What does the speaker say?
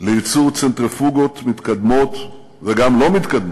לייצור צנטריפוגות מתקדמות, וגם לא מתקדמות,